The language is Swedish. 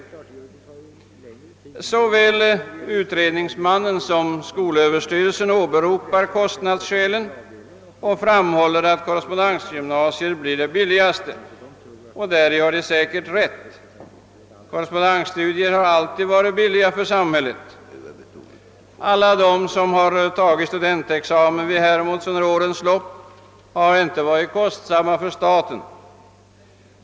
Såväl utredningsmannen som Sö åberopar kostnadsskälen och framhåller att korrespondensgymnasier blir det billigaste. Däri har man säkert rätt. Korrespondensstudier har alltid varit billiga för samhället. Inga av dem som t.ex. tagit studentexamen vid Hermods har medfört kostnader för staten.